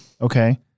Okay